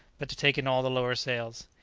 but to take in all the lower sails.